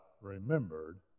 remembered